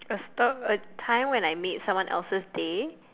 a stop a time when I made someone else's day